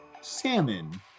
salmon